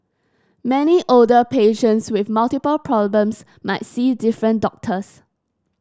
many older patients with multiple problems might see different doctors